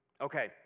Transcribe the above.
Okay